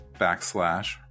backslash